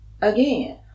again